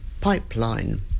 pipeline